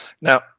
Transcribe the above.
Now